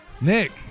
Nick